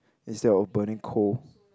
instead of burning coal